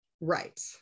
right